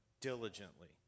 diligently